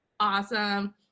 awesome